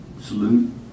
salute